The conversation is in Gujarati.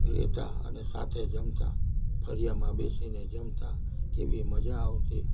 રહેતાં અને સાથે જમતા ફળિયામાં બેસીને જમતા કેવી મજા આવતી